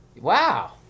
Wow